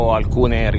alcune